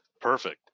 Perfect